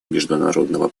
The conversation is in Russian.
международного